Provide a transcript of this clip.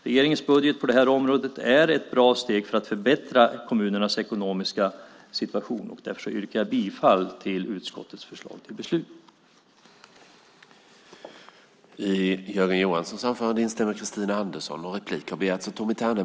Regeringens budget på det här området är ett bra steg för att förbättra kommunernas ekonomiska situation. Därför yrkar jag bifall till utskottets förslag till beslut. I anförandet instämde Christina Andersson .